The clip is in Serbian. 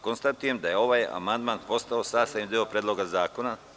Konstatujem da je ovaj amandman postao sastavni deo Predloga zakona.